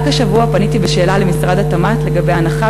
רק השבוע פניתי בשאלה למשרד התמ"ת לגבי הנחה